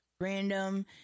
random